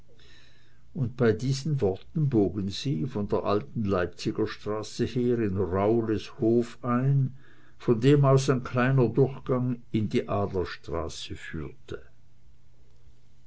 und bei diesen worten bogen sie von der alten leipziger straße her in raules hof ein von dem aus ein kleiner durchgang in die adlerstraße führte